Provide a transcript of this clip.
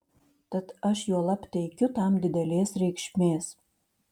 tad aš juolab teikiu tam didelės reikšmės